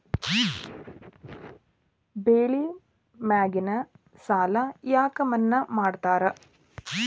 ಬೆಳಿ ಮ್ಯಾಗಿನ ಸಾಲ ಯಾಕ ಮನ್ನಾ ಮಾಡ್ತಾರ?